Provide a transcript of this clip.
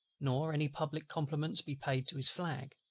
nor any public compliments be paid to his flag,